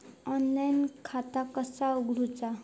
Online खाता कसा उगडूचा?